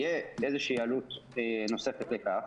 תהיה איזושהי עלות נוספת לכך,